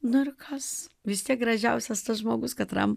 nu ir kas vis tiek gražiausias tas žmogus katram